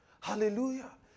Hallelujah